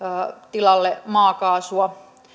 tilalle tulee maakaasua